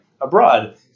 abroad